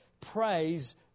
Praise